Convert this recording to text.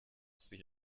sich